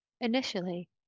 Initially